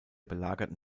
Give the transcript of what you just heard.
belagerten